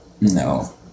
No